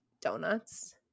donuts